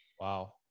wow